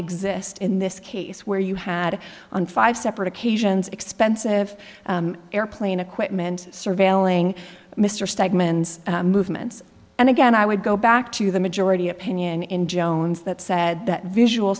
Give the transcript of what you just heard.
exist in this case where you had on five separate occasions expensive airplane equipment surveilling mr steadman movements and again i would go back to the majority opinion in jones that said that visual